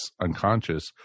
unconscious